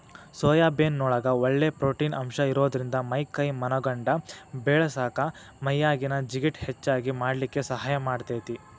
soybean ನೊಳಗ ಒಳ್ಳೆ protein ಅಂಶ ಇರೋದ್ರಿಂದ ಮೈ ಕೈ ಮನಗಂಡ ಬೇಳಸಾಕ ಮೈಯಾಗಿನ ಜಿಗಟ್ ಹೆಚ್ಚಗಿ ಮಾಡ್ಲಿಕ್ಕೆ ಸಹಾಯ ಮಾಡ್ತೆತಿ